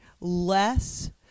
less